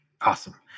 Awesome